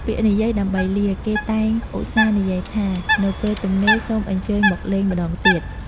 ពាក្យនិយាយដើម្បីលា គេតែងឧស្សាហ៍និយាយថា "នៅពេលទំនេរសូមអញ្ជើញមកលេងម្តងទៀត។"